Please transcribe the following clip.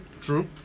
true